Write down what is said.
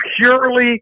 purely